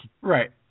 right